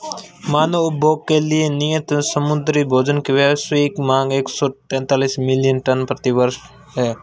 मानव उपभोग के लिए नियत समुद्री भोजन की वैश्विक मांग एक सौ तैंतालीस मिलियन टन प्रति वर्ष है